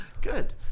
Good